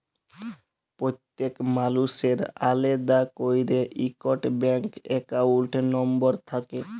প্যত্তেক মালুসের আলেদা ক্যইরে ইকট ব্যাংক একাউল্ট লম্বর থ্যাকে